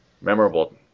memorable